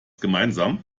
gemeinsam